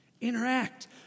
interact